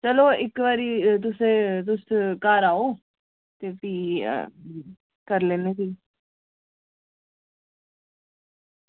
चलो इक बारी तुस तुस घर आओ ते फ्ही करी लैन्ने आं